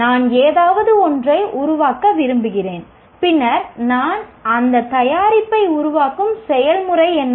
நான் ஏதாவது ஒன்றை உருவாக்க விரும்புகிறேன் பின்னர் நான் அந்த தயாரிப்பை உருவாக்கும் செயல்முறை என்ன